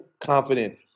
confident